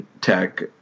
Tech